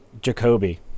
Jacoby